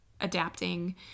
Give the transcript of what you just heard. adapting